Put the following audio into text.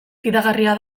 fidagarria